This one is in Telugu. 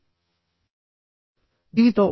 జీవితంలో